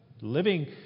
living